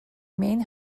main